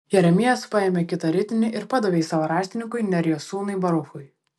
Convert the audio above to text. jeremijas paėmė kitą ritinį ir padavė jį savo raštininkui nerijos sūnui baruchui